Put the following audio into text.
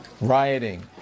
rioting